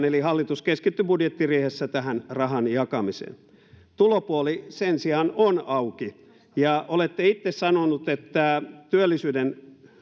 eli hallitus keskittyi budjettiriihessä tähän rahan jakamiseen tulopuoli sen sijaan on auki olette itse sanoneet että työllisyyden